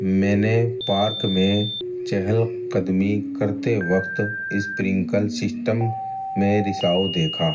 میں نے پارک میں چہل قدمی کرتے وقت اسپرنکل سسٹم میں رساؤ دیکھا